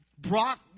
brought